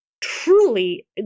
truly